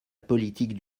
politique